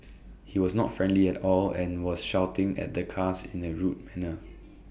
he was not friendly at all and was shouting at the cars in A rude manner